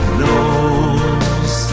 knows